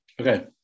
Okay